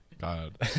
God